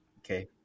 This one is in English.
Okay